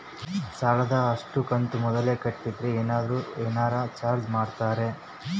ಸಾಲದ ಅಷ್ಟು ಕಂತು ಮೊದಲ ಕಟ್ಟಿದ್ರ ಏನಾದರೂ ಏನರ ಚಾರ್ಜ್ ಮಾಡುತ್ತೇರಿ?